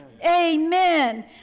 amen